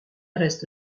reste